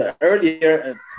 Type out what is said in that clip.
Earlier